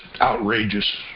outrageous